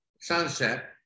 Sunset